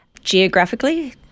Geographically